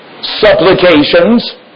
supplications